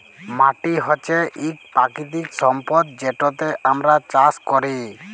মাটি হছে ইক পাকিতিক সম্পদ যেটতে আমরা চাষ ক্যরি